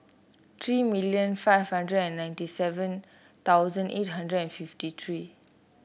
three million five hundred and ninety seven thousand eight hundred and fifty three